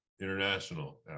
international